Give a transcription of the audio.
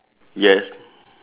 yes